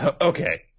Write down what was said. Okay